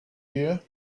year